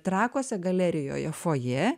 trakuose galerijoje fojė